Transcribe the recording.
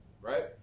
right